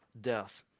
death